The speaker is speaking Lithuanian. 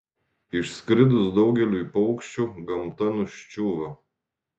išskridus daugeliui paukščių gamta nuščiūva